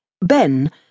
Ben